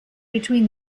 between